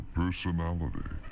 personality